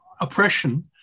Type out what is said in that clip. oppression